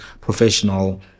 professional